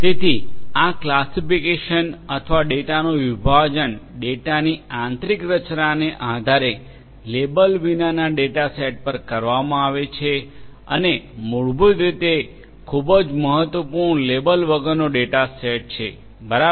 તેથી આ ક્લાસિફિકેશન અથવા ડેટાનું વિભાજન ડેટાની આંતરિક રચનાના આધારે લેબલ વિનાના ડેટાસેટ પર કરવામાં આવે છે અને તે મૂળભૂત રીતે ખૂબ જ મહત્વપૂર્ણ લેબલ વગરનો ડેટાસેટ છે બરાબર